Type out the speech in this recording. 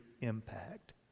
impact